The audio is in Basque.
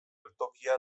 geltokia